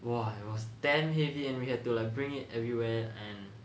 !wah! it was damn heavy and we had to like bring it everywhere and